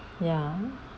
ya